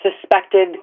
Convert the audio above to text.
suspected